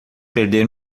perder